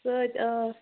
سۭتۍ آ